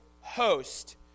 host